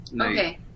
okay